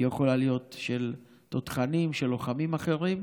היא יכולה להיות של תותחנים, של לוחמים אחרים.